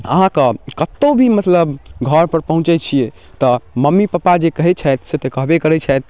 अहाँकऽ कतहुँ भी मतलब घर पर पहुँचैत छियै तऽ मम्मी पप्पा जे कहैत छैथ से तऽ कहबे करैत छैथ